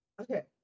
Okay